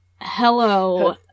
hello